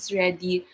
ready